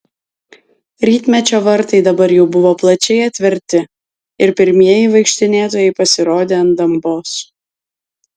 rytmečio vartai dabar jau buvo plačiai atverti ir pirmieji vaikštinėtojai pasirodė ant dambos